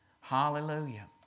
Hallelujah